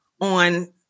on